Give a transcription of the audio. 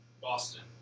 Boston